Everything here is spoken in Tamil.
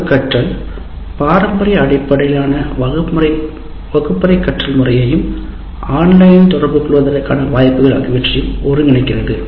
கலப்பு கற்றல் பாரம்பரிய அடிப்படையிலான வகுப்பறை முறையையும் ஆன்லைனில் தொடர்பு கொள்வதற்கான வாய்ப்புகள் ஆகியவற்றையும் ஒருங்கிணைக்கிறது